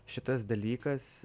šitas dalykas